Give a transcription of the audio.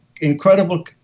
incredible